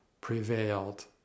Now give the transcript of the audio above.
prevailed